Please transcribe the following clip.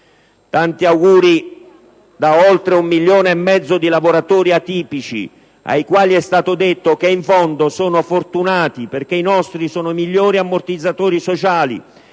Tanti auguri da oltre un milione e mezzo di lavoratori atipici, ai quali è stato detto che in fondo sono fortunati perché i nostri sono i migliori ammortizzatori sociali